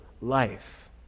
life